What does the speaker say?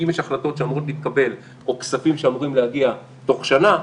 אם יש החלטות שאמורות להתקבל או כספים שאמורים להגיע תוך שנה,